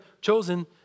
chosen